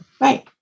right